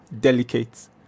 delicate